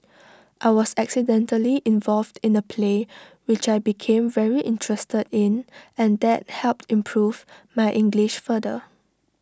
I was accidentally involved in A play which I became very interested in and that helped improve my English further